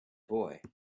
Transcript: boy